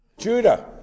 Judah